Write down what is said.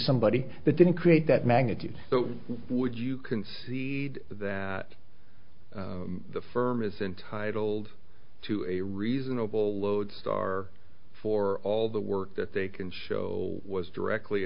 somebody that didn't create that magnitude so would you concede that the firm is entitled to a reasonable lodestar for all the work that they can show was directly